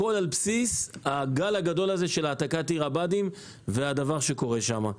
הכול על בסיס הגל הגדול של העתקת עיר הבה"דים ומה שקורה שם.